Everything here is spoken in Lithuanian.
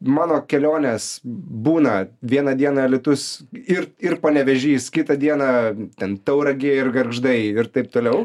mano kelionės būna vieną dieną alytus ir ir panevėžys kitą dieną ten tauragė ir gargždai ir taip toliau